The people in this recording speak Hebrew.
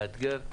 מאתגר,